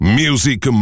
music